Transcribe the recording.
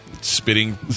Spitting